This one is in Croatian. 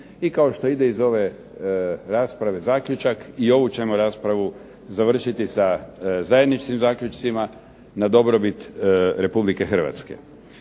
I kao što ide iz ove rasprave zaključak i ovu ćemo raspravu završiti sa zajedničkim zaključcima na dobrobit Republike Hrvatske.